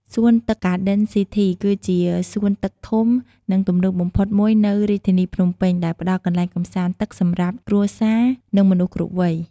សួនទឹកហ្គាដិនស៊ីធី គឺជាសួនទឹកធំ និងទំនើបបំផុតមួយនៅរាជធានីភ្នំពេញ ដែលផ្តល់កន្លែងកម្សាន្តទឹកសម្រាប់គ្រួសារ និងមនុស្សគ្រប់វ័យ។